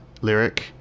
lyric